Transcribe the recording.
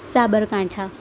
Sabarkantha